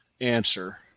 answer